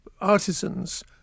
artisans